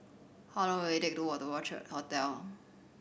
how long will it take to walk to Orchid Hotel